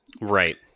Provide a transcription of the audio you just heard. Right